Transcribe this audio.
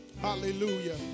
Hallelujah